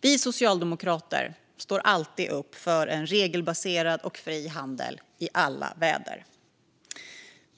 Vi socialdemokrater står alltid upp för en regelbaserad och fri handel i alla väder.